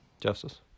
Justice